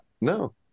No